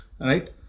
Right